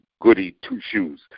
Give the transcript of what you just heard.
goody-two-shoes